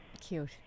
Cute